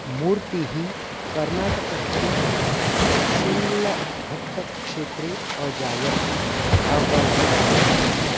मूर्तिः कर्नाटकस्य शिङ्ग्लघट्टक्षेत्रे अजायत् अवर्धत् च